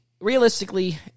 realistically